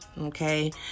okay